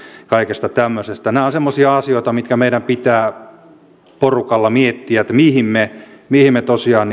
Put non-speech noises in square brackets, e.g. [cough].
kaikesta tämmöisestä nämä ovat semmoisia asioita mitkä meidän pitää porukalla miettiä että mihin me mihin me tosiaan [unintelligible]